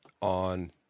on